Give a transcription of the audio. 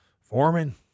Foreman